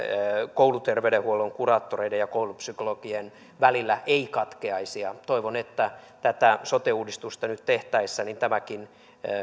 kouluterveydenhuollon kuraattoreiden ja koulupsykologien välillä ei katkeaisi ja toivon että tätä sote uudistusta nyt tehtäessä tämäkin